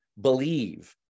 believe